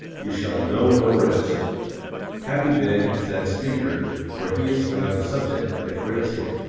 you shall know no rest happy, then, is that speaker, for he has found a subject that grips him.